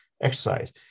exercise